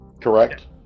Correct